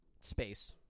space